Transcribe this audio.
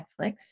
Netflix